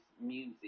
music